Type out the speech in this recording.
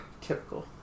Typical